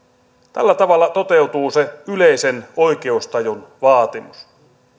tällä tavalla toteutuu se yleisen oikeustajun vaatimus